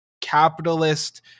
capitalist